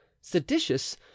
Seditious